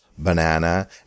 banana